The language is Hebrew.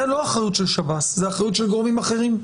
זה לא אחריות של שב"ס, זה אחריות של גורמים אחרים.